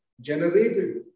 generated